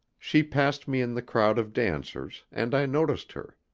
she passed me in the crowd of dancers, and i noticed her.